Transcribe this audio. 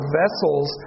vessels